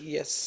Yes